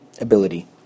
ability